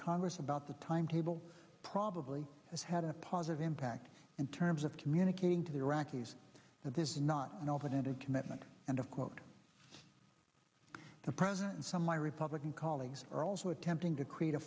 congress about the timetable probably has had a positive impact in terms of communicating to the iraqis that this is not an open ended commitment and of quote the president from my republican colleagues are also attempting to create a